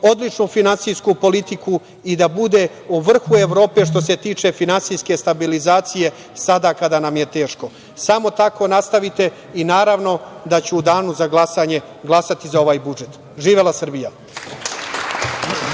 odličnu finansijsku politiku i da bude u vrhu Evrope, što se tiče finansijske stabilizacije sada kada nam je teško. Samo tako nastavite i naravno da ću u danu za glasanje glasati za ovaj budžet. Živela Srbija!